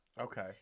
Okay